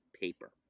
paper